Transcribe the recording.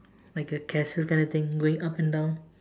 like a castle kind of thing going up and down